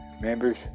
members